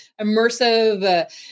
immersive